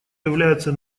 является